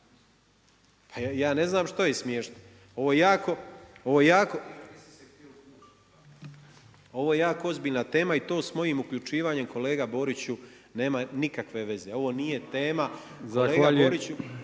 Pa ja ne znam što je smiješno, ovo je jako, ovo je jako ... …/Upadica se ne čuje./… … ozbiljna tema i to s mojim uključivanjem kolega Boriću nema nikakve veze. Ovo nije tema, kolega